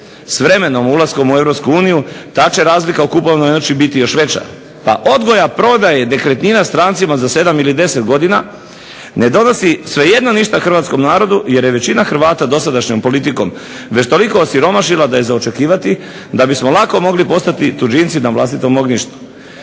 S vremenom ulaskom u Europsku uniju ta će razlika u kupovnoj moći biti još veća pa odgoda prodaje nekretnina strancima za 7 ili 10 godina ne donosi svejedno ništa hrvatskom narodu jer je većina Hrvata dosadašnjom politikom već toliko osiromašila da je za očekivati da bismo lako mogli postati tuđinci na vlastitom ognjištu.